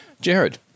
Jared